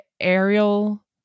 aerial